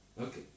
Okay